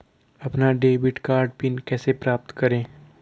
अपना debit card PIN कैसे प्राप्त करें?